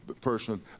person